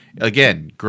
again